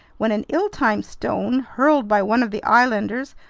when an ill-timed stone, hurled by one of the islanders,